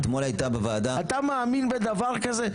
אתה מאמין בדבר כזה?